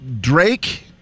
Drake